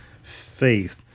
faith